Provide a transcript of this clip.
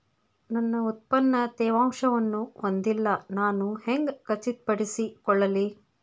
ನನ್ನ ಉತ್ಪನ್ನ ತೇವಾಂಶವನ್ನು ಹೊಂದಿಲ್ಲಾ ನಾನು ಹೆಂಗ್ ಖಚಿತಪಡಿಸಿಕೊಳ್ಳಲಿ?